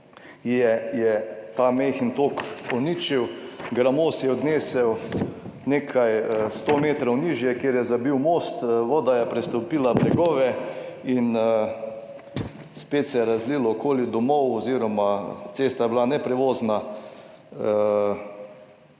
je ta majhen tok uničil, gramoz je odnesel nekaj 100 metrov nižje, kjer je zabil most, voda je prestopila bregove in spet se je razlilo okoli domov oziroma, cesta je bila neprevozna